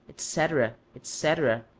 etc, etc,